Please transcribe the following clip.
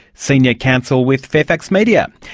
senior counsel with fairfax media.